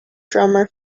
drummer